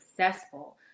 successful